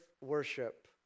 worship